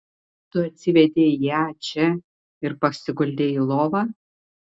tu atsivedei ją čia ir pasiguldei į lovą